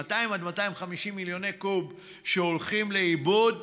200 עד 250 מיליוני קוב שהולכים לאיבוד,